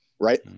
right